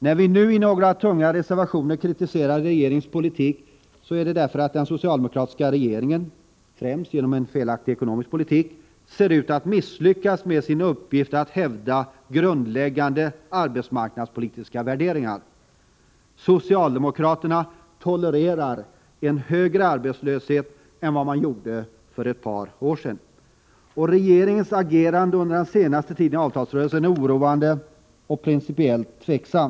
När vi nu i några tunga reservationer kritiserar regeringens politik gör vi det därför att den socialdemokratiska regeringen, främst genom en felaktig ekonomisk politik, ser ut att misslyckas med sin uppgift att hävda grundläggande arbetsmarknadspolitiska värderingar. Socialdemokraterna tolererar nu en högre arbetslöshet än vad de gjorde för ett par år sedan. Och regeringens agerande i avtalsrörelsen under den senaste tiden är oroande och principiellt tveksamt.